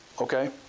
Okay